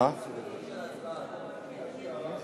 אדוני היושב-ראש,